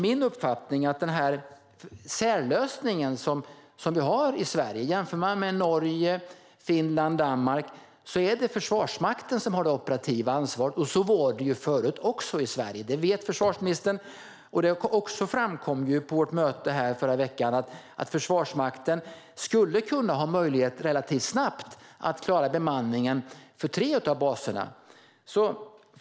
I Norge, Finland och Danmark är det försvarsmakten som har det operativa ansvaret. Så var det även i Sverige förut, medan vi nu har en särlösning. Det vet försvarsministern, och det framkom också på vårt möte i förra veckan att Försvarsmakten skulle kunna ha möjlighet att relativt snabbt klara bemanningen för tre av baserna.